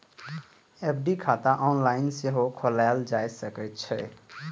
FD खाता online सेहो खोलाएल जा सकै छै